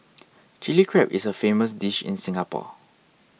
Chilli Crab is a famous dish in Singapore